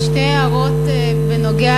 שתי הערות בנוגע